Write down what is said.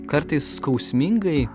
kartais skausmingai